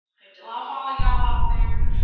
love all a y'all out there.